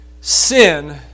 sin